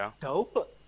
dope